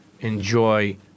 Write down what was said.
enjoy